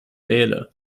wähle